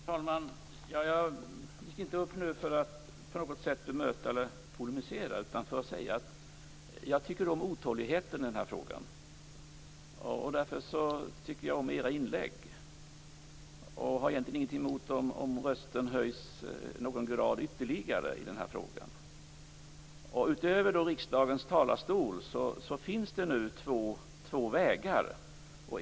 Fru talman! Jag gick nu inte upp i talarstolen för att bemöta eller polemisera mot detta. Jag ville i stället säga att jag tycker om otåligheten i den här frågan. Därför tycker jag om era inlägg. Jag har egentligen ingenting emot om rösten höjs ytterligare någon grad i den här frågan. Utöver riksdagens talarstol finns det nu två vägar.